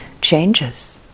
changes